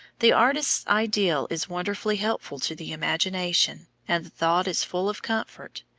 the artist's ideal is wonderfully helpful to the imagination, and the thought is full of comfort,